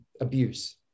abuse